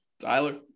Tyler